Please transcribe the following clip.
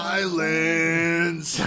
Silence